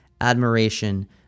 admiration